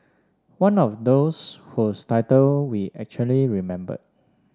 one of those whose title we actually remembered